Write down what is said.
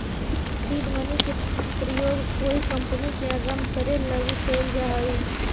seed money के प्रयोग कोई कंपनी के आरंभ करे लगी कैल जा हई